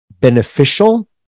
beneficial